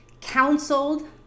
counseled